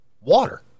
water